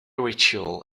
ritual